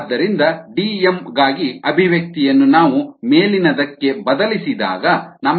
ಆದ್ದರಿಂದ Dm ಗಾಗಿ ಅಭಿವ್ಯಕ್ತಿಯನ್ನು ನಾವು ಮೇಲಿನದಕ್ಕೆ ಬದಲಿಸಿದಾಗ ನಮಗೆ ಹೀಗೆ ಸಿಗುತ್ತದೆ xmYxSSi m1 KSKSSi0